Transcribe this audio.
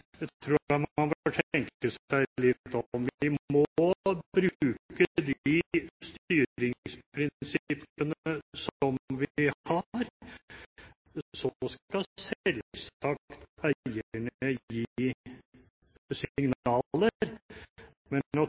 tror jeg man må tenke seg litt om. Vi må bruke de styringsprinsippene som